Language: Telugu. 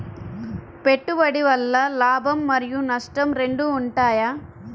పెట్టుబడి వల్ల లాభం మరియు నష్టం రెండు ఉంటాయా?